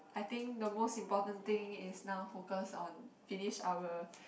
I think the most important thing is now focus on finish our